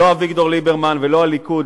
לא אביגדור ליברמן ולא הליכוד,